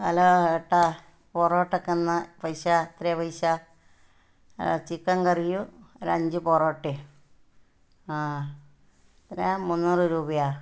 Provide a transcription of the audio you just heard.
hello ഏട്ടാ പൊറോട്ടക്കന്നാ പൈസ എത്രയാ പൈസ ചിക്കൻ കറിയും ഒരഞ്ച് പൊറോട്ടയും ആ എത്രയാ മുന്നൂറ് രൂപയോ